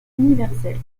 universelle